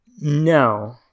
No